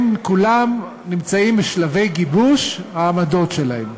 הם כולם נמצאים בשלבי גיבוש העמדות שלהם.